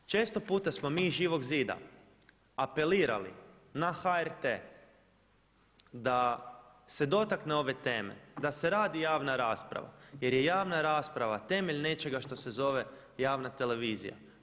Često puta smo mi iz Živog zida apelirali na HRT da se dotakne ove teme, da se radi javna rasprava jer je javna rasprava temelj nečega što se zove javna televizija.